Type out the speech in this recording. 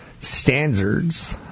standards